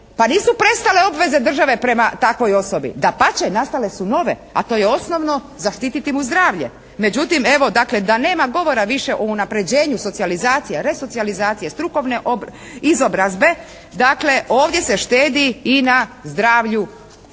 pa nisu prestale obveze države prema takvoj osobi. Dapače, nastale u nove, a to je osnovno zaštiti mu zdravlje. Međutim, evo dakle da nema govora više o unapređenju socijalizacije, resocijalizacije, strukovne izobrazbe, dakle ovdje se štedi i na zdravlju